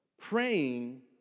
Praying